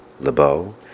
LeBeau